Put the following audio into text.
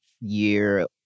year